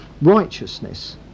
righteousness